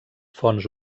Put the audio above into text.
fonts